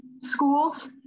schools